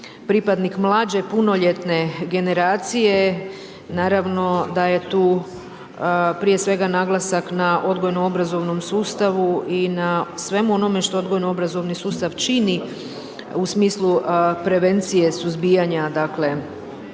pripadnik mlađe punoljetne generacije, naravno da je tu prije svega naglasak na odgojno-obrazovnom sustavu i na svemu onom što odgojno-obrazovni sustav čini u smislu prevencije suzbijanja